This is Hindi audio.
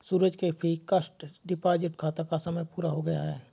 सूरज के फ़िक्स्ड डिपॉज़िट खाता का समय पूरा हो गया है